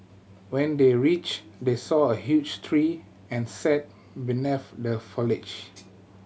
when they reached they saw a huge tree and sat beneath the foliage